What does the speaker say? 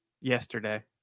Yesterday